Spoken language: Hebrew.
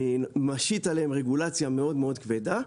אני משית עליהם רגולציה מאוד-מאוד כבדה.